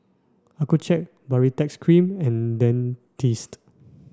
Accucheck Baritex cream and Dentiste